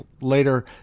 later